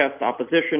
opposition